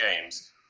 games